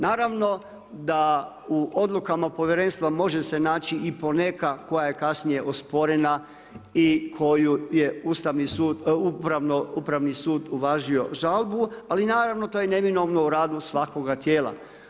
Naravno da u odlukama povjerenstva može se naći i poneka koja je kasnije osporena i koju je Upravni sud uvažio žalbu, ali naravno to je neminovno u radu svakoga tijela.